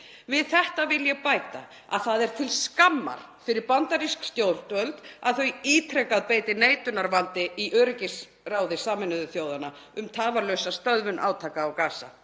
Við þetta vil ég bæta að það er til skammar fyrir bandarísk stjórnvöld að þau ítrekað beiti neitunarvaldi í öryggisráði Sameinuðu þjóðanna um tafarlausa stöðvun átaka á Gaza.